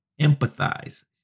Empathize